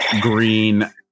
green